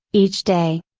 each day.